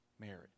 marriage